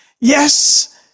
yes